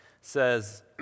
says